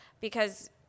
because-